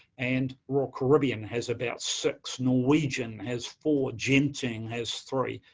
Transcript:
and royal caribbean has about six, norwegian has four, genting has three,